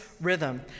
rhythm